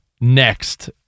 next